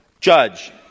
judge